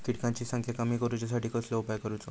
किटकांची संख्या कमी करुच्यासाठी कसलो उपाय करूचो?